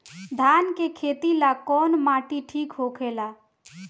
धान के खेती ला कौन माटी ठीक होखेला?